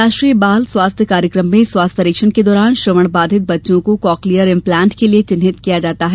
राष्ट्रीय बाल स्वास्थ्य कार्यक्रम में स्वास्थ्य परीक्षण के दौरान श्रवण बाधित बच्चों को कॉकलियर इम्प्लान्ट के लिये चिन्हित किया जाता है